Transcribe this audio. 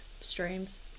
streams